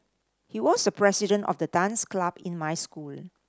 he was the president of the dance club in my school